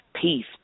peace